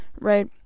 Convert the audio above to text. right